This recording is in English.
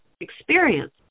experience